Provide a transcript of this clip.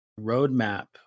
roadmap